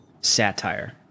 satire